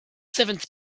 seventh